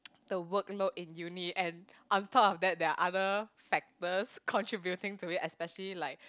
the workload in uni and I am thought of that there are other factors contributing to it especially like